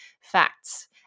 facts